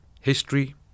history